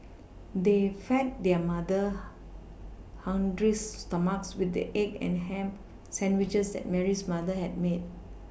they fed their mother hungry stomachs with the egg and ham sandwiches that Mary's mother had made